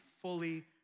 fully